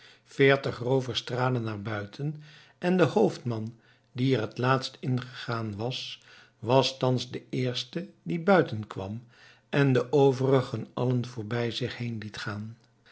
veertig roovers traden naar buiten en de hoofdman die er t laatst ingegaan was was thans de eerste die buiten kwam en de overigen allen voorbij zich heen liet gaan